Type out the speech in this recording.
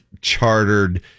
chartered